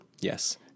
Yes